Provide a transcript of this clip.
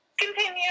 Continue